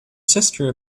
sister